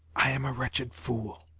i am a wretched fool,